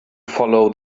follow